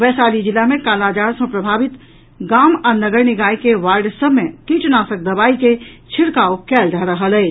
वैशाली जिला मे कालाजार सँ प्रभावित गाम आ नगर निकाय के वार्ड सभ मे कीटनाशक दवाई के छिड़काव कयल जा रहल अछि